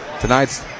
tonight's